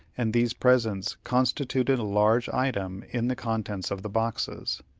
and these presents constituted a large item in the contents of the boxes.